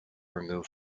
removed